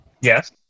Yes